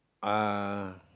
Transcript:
uh